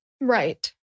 Right